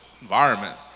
environment